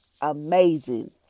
amazing